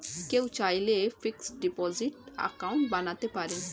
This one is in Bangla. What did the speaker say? কেউ চাইলে ফিক্সড ডিপোজিট অ্যাকাউন্ট বানাতে পারেন